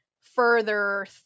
further